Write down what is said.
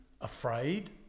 afraid